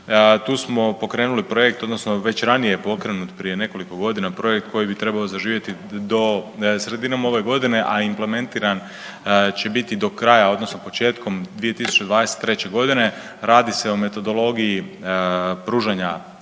to smo pokrenuli projekt, odnosno već ranije je pokrenut, prije nekoliko godina, projekt koji bi trebao zaživjeti do, sredinom ove godine, a implementiran će biti do kraja, odnosno početkom 2023. Radi se o metodologiji pružanja